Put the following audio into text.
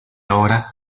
ahora